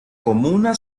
comuna